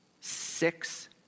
six